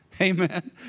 Amen